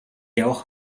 явах